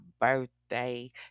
birthday